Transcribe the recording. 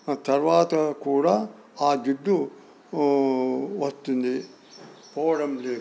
తరువాత కూడా ఆ జిడ్డు వస్తుంది పోవడం లేదు